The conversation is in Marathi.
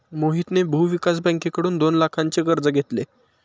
मोहितने भूविकास बँकेकडून दोन लाखांचे कर्ज घेतले